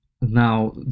now